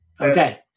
Okay